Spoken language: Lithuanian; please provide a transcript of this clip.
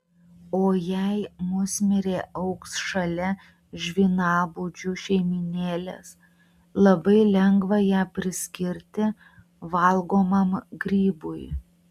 o jei musmirė augs šalia žvynabudžių šeimynėlės labai lengva ją priskirti valgomam grybui